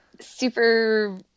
Super